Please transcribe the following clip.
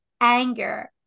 anger